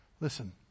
Listen